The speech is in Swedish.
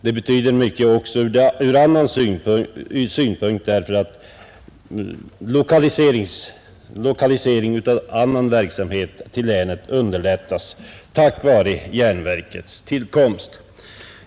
Det betyder mycket också därför att lokaliseringen av annan verksamhet till länet underlättas tack vare järnverkets tillkomst.